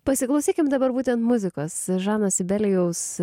pasiklausykime dabar būtent muzikos žano sibelijaus